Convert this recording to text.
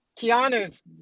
Keanu's